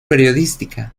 periodística